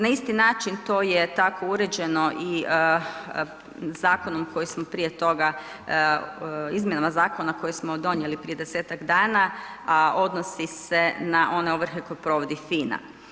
Na isti način to je tako uređeno i zakonom koji smo prije toga, izmjenama zakona koji smo donijeli prije 10-tak dana, a odnosi se na one ovrhe koje provodi FINA.